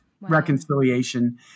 reconciliation